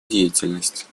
деятельность